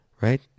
Right